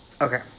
Okay